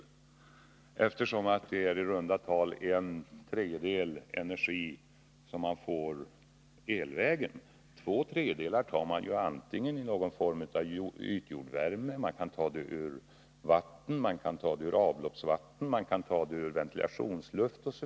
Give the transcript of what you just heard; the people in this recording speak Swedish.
Man tar i runda tal en tredjedel energi elvägen. Två tredjedelar får man antingen genom någon form av ytjordvärme eller på annat sätt, t.ex. ur vatten, avloppsvatten eller ventilationsluft.